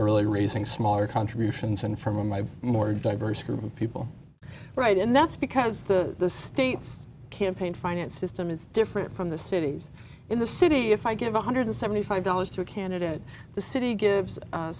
raising smaller contributions and from my more diverse group of people right and that's because the state's campaign finance system is different from the cities in the city if i give one hundred and seventy five dollars to a candidate the city gives a